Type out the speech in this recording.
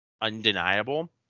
undeniable